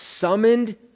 summoned